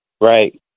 right